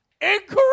Incorrect